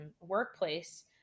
workplace